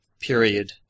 period